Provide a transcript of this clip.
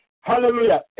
Hallelujah